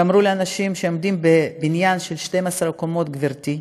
ואמרו לי אנשים שגרים בבניין של 12 קומות, גברתי,